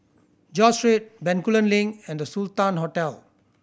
George Street Bencoolen Link and The Sultan Hotel